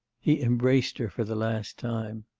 he embraced her for the last time.